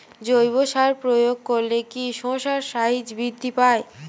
জৈব সার প্রয়োগ করলে কি শশার সাইজ বৃদ্ধি পায়?